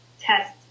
test